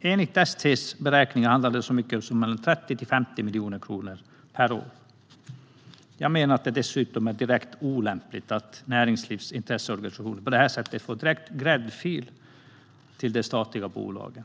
Enligt ST:s beräkningar handlar det om så mycket som mellan 30 och 50 miljoner kronor per år. Jag menar att det dessutom är direkt olämpligt att näringslivets intresseorganisationer på det här sättet får en direkt gräddfil till de statliga bolagen.